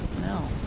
No